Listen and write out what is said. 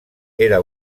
era